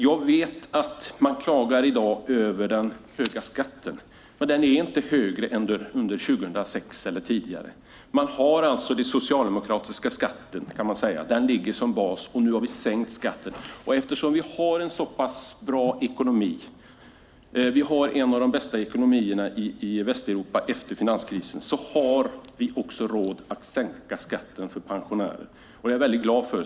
Jag vet att man i dag klagar över den höga skatten. Men den är inte högre än under 2006 eller tidigare. Man kan säga att man har den socialdemokratiska skatten. Den ligger som bas, och nu har vi sänkt skatten. Eftersom vi har en så pass bra ekonomi - en av de bästa ekonomierna i Västeuropa efter finanskrisen - har vi också råd att sänka skatten för pensionärer. Det är jag mycket glad för.